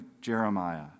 Jeremiah